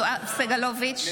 (קוראת בשם חבר הכנסת) יואב סגלוביץ'